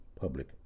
public